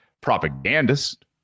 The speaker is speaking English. propagandist